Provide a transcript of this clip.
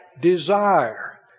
Desire